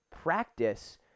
practice